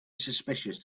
suspicious